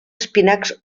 espinacs